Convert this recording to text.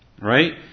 right